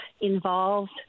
involved